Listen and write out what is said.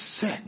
Sick